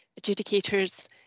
adjudicators